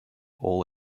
all